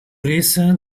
listen